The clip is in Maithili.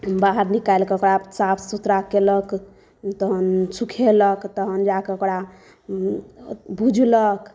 बाहर निकालि कऽ ओकरा साफ सुथरा केलक तहन सुखेलक तहन जाए कऽ ओकरा भुजलक